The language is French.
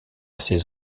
ses